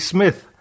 Smith